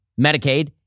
Medicaid